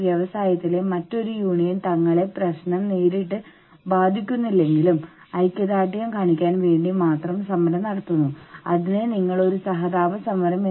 അതിനാൽ ഒരു യൂണിയനിൽ ചേരാതിരിക്കാനുള്ള ആളുകൾക്കുള്ള മറ്റൊരു പ്രോത്സാഹനമാണിത്